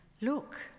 Look